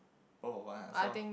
both of us answer lorh